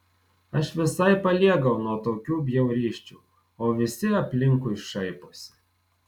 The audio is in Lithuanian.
aš visai paliegau nuo tokių bjaurysčių o visi aplinkui šaiposi